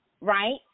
right